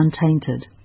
untainted